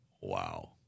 Wow